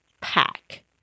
pack